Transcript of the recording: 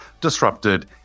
disrupted